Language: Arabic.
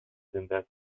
ذات